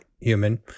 human